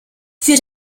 für